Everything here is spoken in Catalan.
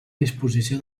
disposició